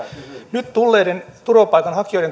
nyt tulleiden turvapaikanhakijoiden